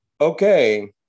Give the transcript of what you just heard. okay